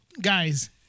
guys